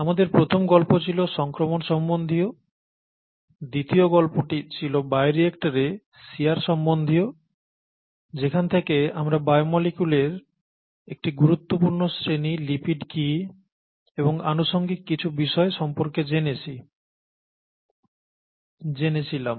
আমাদের প্রথম গল্প ছিল সংক্রমণ সম্বন্ধীয় দ্বিতীয় গল্পটি ছিল বায়োরিয়েক্টরে শিয়ার সম্বন্ধীয় যেখান থেকে আমরা বায়োমলিকুলের একটি গুরুত্বপূর্ণ শ্রেণী লিপিড কি এবং আনুষঙ্গিক কিছু বিষয় সম্পর্কে জেনেছিলাম